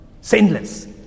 Sinless